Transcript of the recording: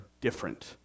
different